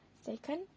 Second